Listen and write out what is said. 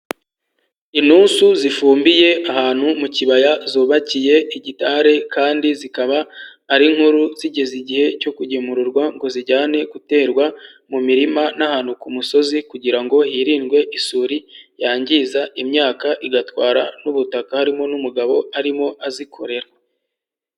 Inusu zifumbiye ahantu mu kibaya zubakiye igidare kandi zikaba ari nkuru zigeze igihe cyo kugemururwa ngo zijyane guterwa mu mirima n'ahantu ku musozi kugira ngo hirindwe isuri yangiza imyaka igatwara n'ubutaka harimo n'umugabo arimo azikorera.